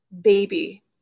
baby